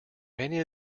many